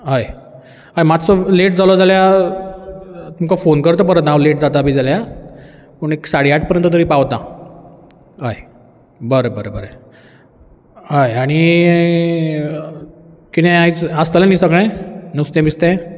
हय हय मातसो लेट जालो जाल्यार तुमकां फोन करता हांव पूण एक साडे आठ पर्यंत तरी पावता हय बरें बरें बरें हय आनी कितें आयज आसतलें न्ही सगलें नुस्तें बिस्तें